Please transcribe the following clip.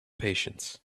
patience